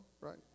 Right